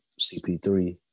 CP3